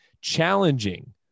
challenging